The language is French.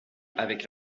avec